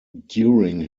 during